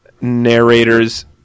narrator's